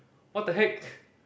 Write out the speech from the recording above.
what the heck